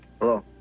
Hello